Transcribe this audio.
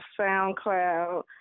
SoundCloud